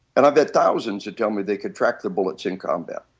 and i bet thousands would tell me they can track the bullets in combat,